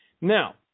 Now